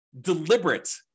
deliberate